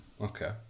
Okay